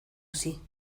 así